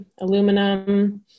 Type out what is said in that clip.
aluminum